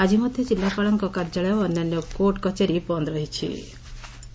ଆଜି ମଧ ଜିଲ୍ଲାପାଳ କାର୍ଯ୍ୟାଳୟ ଓ ଅନ୍ୟାନ୍ୟ କୋର୍ଟ କଚେରି ବନ୍ଦ୍ ରହିଚି